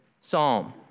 psalm